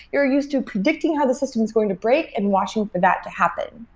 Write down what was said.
you're used to predicting how the system is going to break and watching for that to happen.